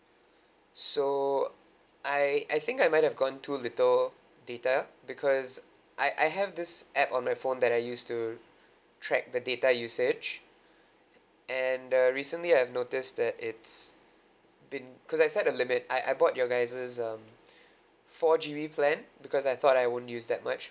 so I I think I might have gotten to little data because I I have this app on my phone that I use to track the data usage and uh recently I've noticed that it's been cause I set a limit I I bought your um four G plan because I thought I won't use that much